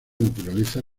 naturaleza